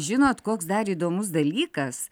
žinot koks dar įdomus dalykas